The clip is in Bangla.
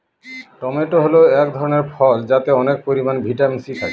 টমেটো হল এক ধরনের ফল যাতে অনেক পরিমান ভিটামিন সি থাকে